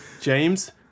James